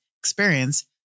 experience